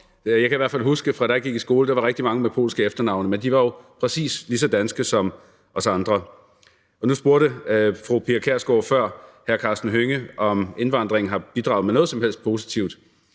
at hvis man slog op i telefonbogen for Lolland, var der rigtig mange med polske efternavne, men de var jo præcis lige så danske som os andre. Nu spurgte fru Pia Kjærsgaard før hr. Karsten Hønge, om indvandringen har bidraget med noget som helst positivt.